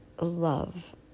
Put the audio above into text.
love